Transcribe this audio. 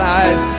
eyes